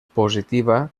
positiva